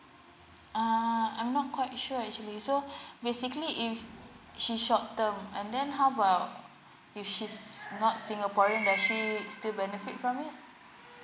uh I'm not quite sure actually so basically if she short term and then how about if she's not singaporean can she still benefit from it